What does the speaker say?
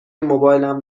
موبایلم